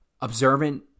observant